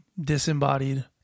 disembodied